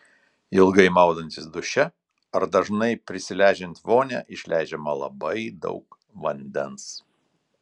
ilgai maudantis duše ar dažnai prisileidžiant vonią išleidžiama labai daug vandens